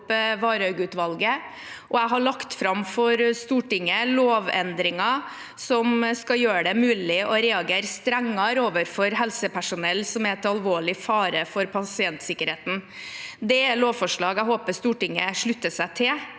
jeg har lagt fram for Stortinget lovendringer som skal gjøre det mulig å reagere strengere overfor helsepersonell som er til alvorlig fare for pasientsikkerheten. Det er lovforslag jeg håper Stortinget slutter seg til.